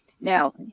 Now